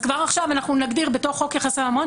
כבר עכשיו נגדיר בחוק יחסי ממון